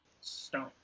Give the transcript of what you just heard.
stone